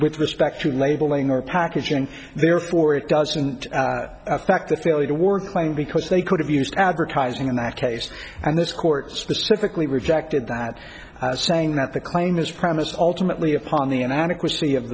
with respect to labeling or packaging therefore it doesn't affect the failure to work claim because they could have used advertising in that case and this court specifically rejected that saying that the claim is premised alternately upon the inadequacy of